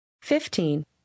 Fifteen